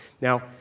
Now